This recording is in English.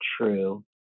true